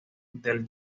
del